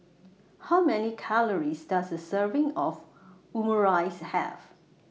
How Many Calories Does A Serving of Omurice Have